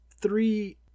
three